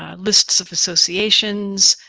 ah lists of associations,